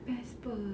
best [pe]